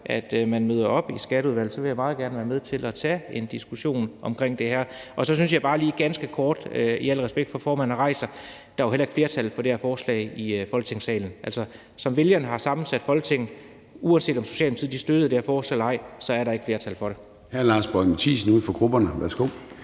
at man møder op i Skatteudvalget – så vil jeg meget gerne være med til at tage en diskussion omkring det her. Så synes jeg bare lige, jeg vil sige ganske kort – i respekt for, at formanden har rejst sig – at der jo heller ikke er flertal for det her forslag i Folketingssalen. Som vælgerne har sammensat Folketinget, uanset om Socialdemokratiet støtter det her forslag eller ej, er der ikke flertal for det. Kl. 10:45 Formanden (Søren Gade): Hr. Lars